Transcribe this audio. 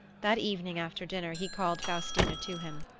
that evening after dinner he called faustina to him.